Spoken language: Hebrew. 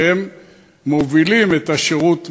שהם מובילים את השירות בישראל.